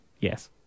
Yes